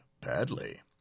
Badly